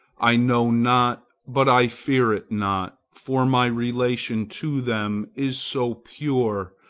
i know not, but i fear it not for my relation to them is so pure,